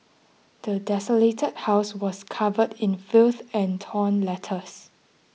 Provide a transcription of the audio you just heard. the desolated house was covered in filth and torn letters